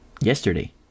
yesterday